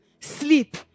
sleep